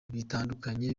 bitandukanye